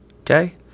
okay